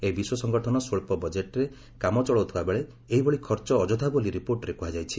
ଏହି ବିଶ୍ୱ ସଂଗଠନ ସ୍ୱଚ୍ଚ ବଜେଟ୍ରେ କାମଚଳାଉଥିବା ବେଳେ ଏହିଭଳି ଖର୍ଚ୍ଚ ଅଯଥା ବୋଲି ରିପୋର୍ଟରେ କୁହାଯାଇଛି